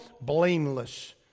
blameless